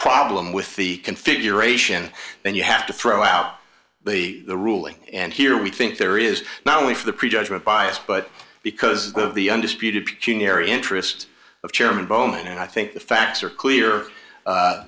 problem with the configuration then you have to throw out the ruling and here we think there is not only for the prejudgment bias but because of the undisputed area interest of chairman bowman and i think the facts are clear